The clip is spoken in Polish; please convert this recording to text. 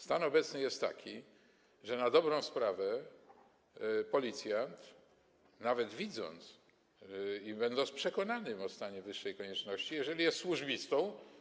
Stan obecny jest taki, że na dobrą sprawę policjant, nawet to widząc i będąc przekonanym o stanie wyższej konieczności, jeżeli jest służbistą.